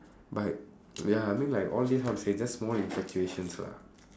but ya I mean like all this how to say just small infatuations lah